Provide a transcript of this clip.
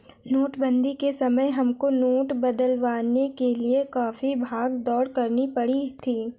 नोटबंदी के समय हमको नोट बदलवाने के लिए काफी भाग दौड़ करनी पड़ी थी